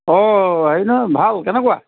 অঁ হেৰি নহয় ভাল কেনেকুৱা